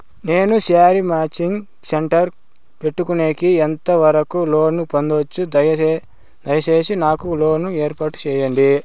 నేను sari matching centre పెట్టుకునేకి ఎంత వరకు లోను పొందొచ్చు? దయసేసి నాకు లోను ఏర్పాటు సేయండి?